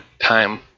time